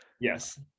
yes